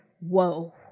whoa